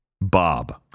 bob